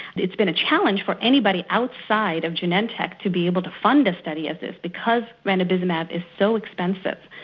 it's been a challenge for anybody outside of genentech to be able to fund a study of this, because ranibizumab is so expensive.